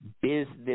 business